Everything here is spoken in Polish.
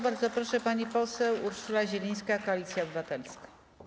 Bardzo proszę, pani poseł Urszula Zielińska, Koalicja Obywatelska.